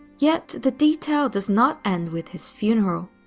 yet, the detail does not end with his funeral.